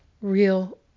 real